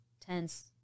tense